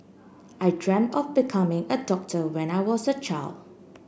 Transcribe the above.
I dreamt of becoming a doctor when I was child